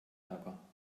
ärger